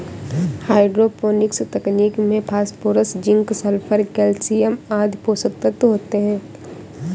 hydroponics तकनीक में phosphorus, zinc, sulphur, calcium आदि पोषक तत्व होते है